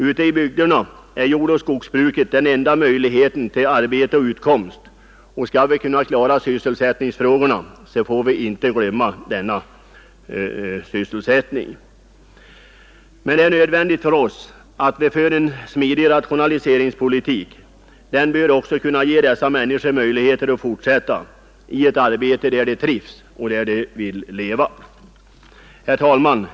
Ute i bygderna är jordoch skogsbruk den enda möjligheten till arbete och utkomst, och skall vi kunna klara sysselsättningsfrågorna får vi inte glömma denna sysselsättning. Men det är nödvändigt att föra en smidig rationaliseringspolitik. Den bör också kunna ge dessa människor möjligheter att fortsätta i ett arbete där de trivs och där de vill leva. Herr talman!